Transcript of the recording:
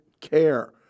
care